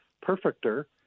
perfecter